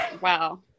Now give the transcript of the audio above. Wow